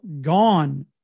gone